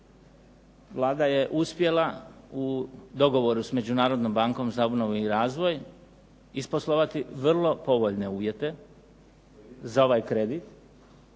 Vlada je uspjela u dogovoru sa Međunarodnom bankom za obnovu i razvoj isposlovati vrlo povoljne uvjete za ovaj kredit